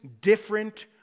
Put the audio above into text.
different